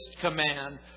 command